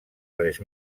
res